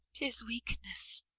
tis weakness,